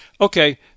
okay